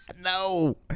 No